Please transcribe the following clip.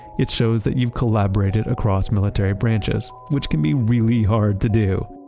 it shows that you've collaborated across military branches, which can be really hard to do.